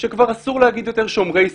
שכבר אסור להגיד יותר "שומרי סף",